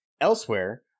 Elsewhere